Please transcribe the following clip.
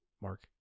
Mark